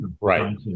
right